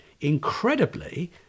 Incredibly